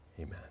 Amen